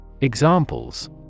Examples